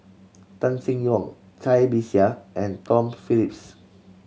Tan Seng Yong Cai Bixia and Tom Phillips